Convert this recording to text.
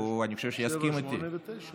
ואני חושב שהוא יסכים איתי